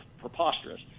preposterous